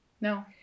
No